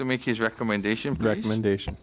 to make his recommendation recommendation